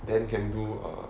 then can do err